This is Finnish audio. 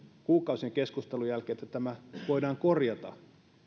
kuukausien keskustelujen jälkeen tämän esityksen että tämä voidaan korjata